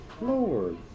Lord